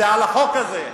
זה על החוק הזה,